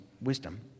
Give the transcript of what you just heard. wisdom